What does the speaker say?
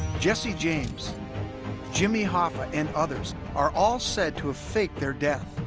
jesse james jimmy hoffa and others are all said to have faked their death